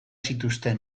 zituzten